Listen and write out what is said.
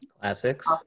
Classics